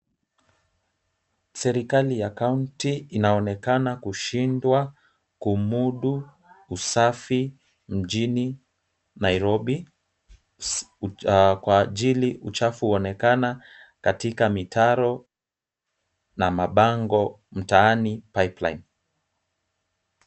Serikali ya County inaonekana kushindwa kumudu usafi mjini Nairobi kwa ajili uchafu huonekana katika mitaro na mabango mtaani Pipeline.